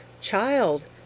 child